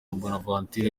bonaventure